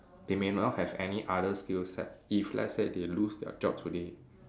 they may not have any other skill set if let's say they lose their job today